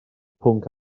pwnc